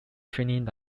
training